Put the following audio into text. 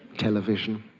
television,